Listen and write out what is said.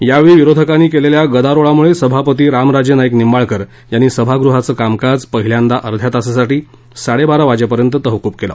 यावेळी विरोधकांनी केलेल्या गदारोळामुळे सभापती रामराजे नाईक निंबाळकर यांना सभागृहाचं कामकाज पहिल्यांदा अध्या तासासाठी साडेबारा वाजेपर्यंत तहकूब केलं